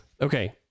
Okay